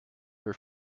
her